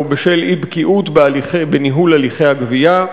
בשל אי-בקיאות בניהול הליכי הגבייה,